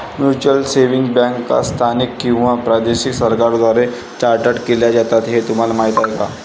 Mutual savings बँका स्थानिक किंवा प्रादेशिक सरकारांद्वारे चार्टर्ड केल्या जातात हे तुम्हाला माहीत का?